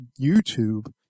YouTube